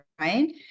Right